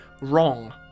wrong